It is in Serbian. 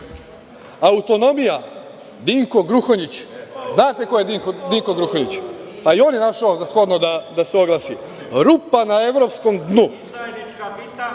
Dinko Gruhonjić, znate ko je Dinko Gruhonjić? Pa, i on je našao za shodno da se oglasi: „Rupa na evropskom